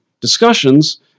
discussions